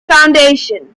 foundation